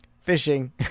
fishing